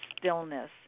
stillness